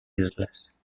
islas